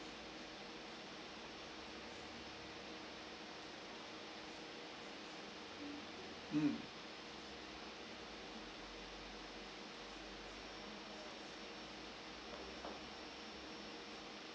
mm